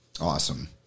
Awesome